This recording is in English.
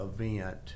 event